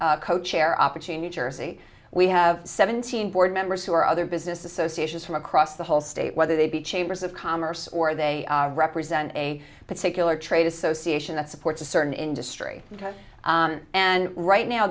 opportunity jersey we have seventeen board members who are other business associations from across the whole state whether they be chambers of commerce or they represent a particular trade association that supports a certain industry and right now